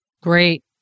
Great